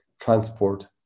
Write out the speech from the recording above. transport